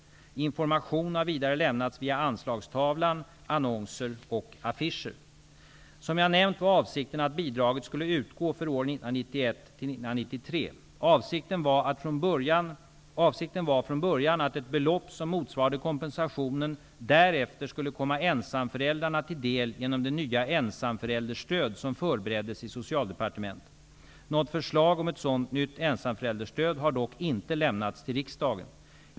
Information har vidare lämnats via Anslagstavlan, annonser och affischer. Som jag nämnt var avsikten att bidraget skulle utgå för åren 1991--1993. Avsikten var från början att ett belopp som motsvarade kompensationen därefter skulle komma ensamföräldrarna till del genom det nya ensamförälderstöd som förbereddes i Socialdepartementet. Något förslag om ett sådant nytt ensamförälderstöd har dock inte lämnats till riksdagen.